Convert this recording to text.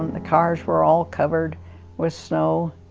um the cars were all covered with snow,